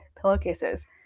pillowcases